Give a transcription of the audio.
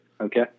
okay